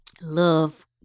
Love